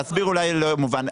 אולי לא היה מובן.